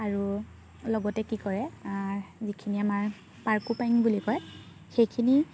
আৰু লগতে কি কৰে যিখিনি আমাৰ পাৰকো পাইং বুলি কয় সেইখিনি